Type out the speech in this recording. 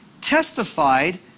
testified